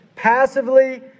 passively